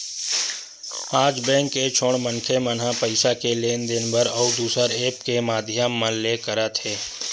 आज बेंक के छोड़ मनखे मन ह पइसा के लेन देन बर अउ दुसर ऐप्स के माधियम मन ले करत हे